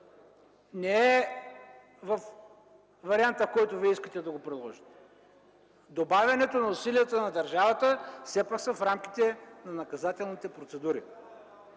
не е във варианта, който Вие искате да приложите. Добавянето на усилията на държавата все пак са в рамките на наказателните процедури.